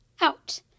out